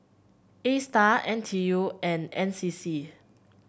A Star N T U and N C C